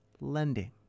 lending